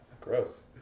Gross